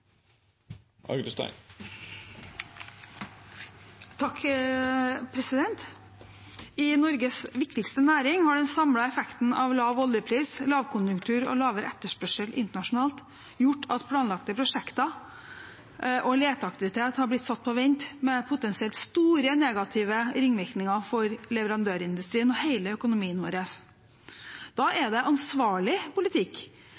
I Norges viktigste næring har den samlede effekten av lav oljepris, lavkonjunktur og lavere etterspørsel internasjonalt gjort at planlagte prosjekter og leteaktivitet har blitt satt på vent, med potensielt store negative ringvirkninger for leverandørindustrien og hele økonomien vår. Da er det ansvarlig politikk